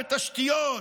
בתשתיות,